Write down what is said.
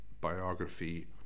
biography